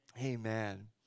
amen